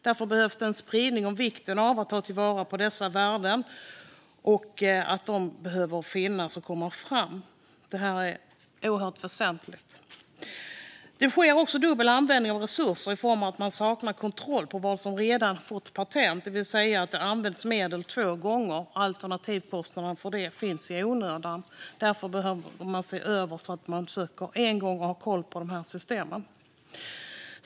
Därför behövs det spridning av kunskap om vikten av att ta vara på dessa värden. De behöver finnas och komma fram. Detta är oerhört väsentligt. Det sker dubbel användning av resurser i form av att man saknar kontroll på vad som redan har fått patent. Medel används alltså två gånger, och kostnaden för detta är onödig. Därför behöver man se över detta så att ansökan bara sker en gång och så att man har kontroll på dessa system.